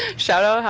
shout out, hi